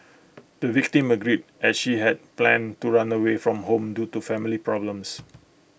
the victim agreed as she had planned to run away from home due to family problems